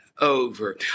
over